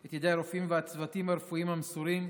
את ידי הרופאים והצוותים הרפואיים המסורים,